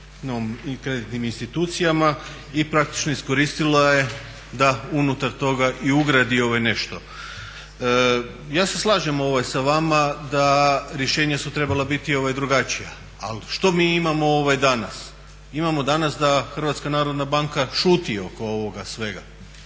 o kreditnim institucijama i praktično iskoristila je da unutar toga i ugradi nešto. Ja se slažem sa vama da rješenja su trebala biti drugačija, ali što mi imamo danas? Imamo danas da HNB šuti oko ovoga svega,